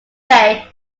bay